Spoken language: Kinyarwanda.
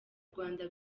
rwanda